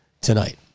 tonight